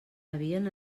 havien